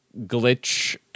glitch